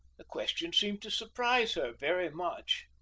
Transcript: the question seemed to surprise her very much.